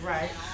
Right